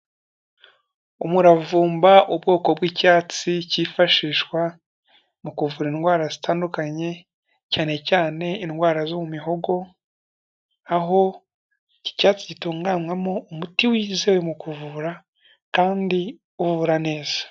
Umuravumba, ubwoko bw'icyatsi cyifashishwa mu kuvura indwara zitandukanye, cyane cyane indwara zo mu mihogo, aho iki cyatsi gitunganywamo umuti wizewe mu kuvura kandi uvura neza.